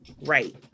right